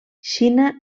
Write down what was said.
xina